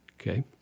okay